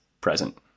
present